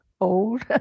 old